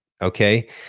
okay